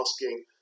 asking